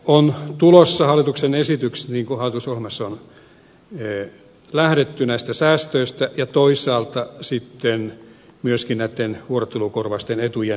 on tulossa hallituksen esitykset niin kuin hallitusohjelmassa on lähdetty näistä säästöistä ja toisaalta sitten myöskin näitten vuorottelukorvausten etujen nostamisesta